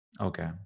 Okay